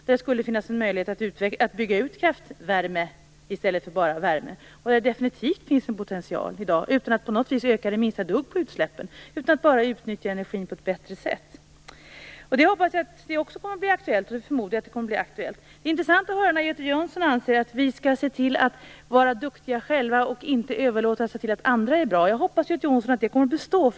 Det skulle finnas en möjlighet att bygga ut kraftvärme i stället för bara värme. Det finns definitivt en potential - man skulle inte behöva öka utsläppen ett dugg. Man utnyttjar bara energin på ett bättre sätt. Jag hoppas och förmodar att detta också kommer att bli aktuellt. Det är intressant att höra att Göte Jonsson anser att vi skall vara duktiga själva och inte överlåta till andra att vara det. Jag hoppas, Göte Jonsson, att detta kommer att bestå.